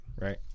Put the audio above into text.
Right